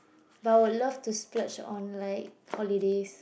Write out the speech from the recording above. but I would love to splurge on like holidays